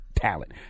talent